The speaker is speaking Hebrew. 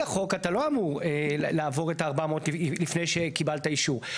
החוק אתה לא אמור לעבור את ה-400 לפני שקיבלת אישור.